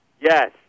Yes